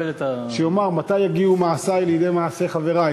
שיאמר: מתי יגיעו מעשי לידי מעשי חברי.